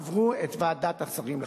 עברו את ועדת השרים לחקיקה.